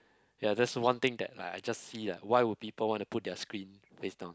ya that's one thing that I just see ah why would people want to put their screen face down